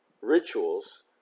rituals